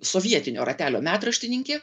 sovietinio ratelio metraštininkė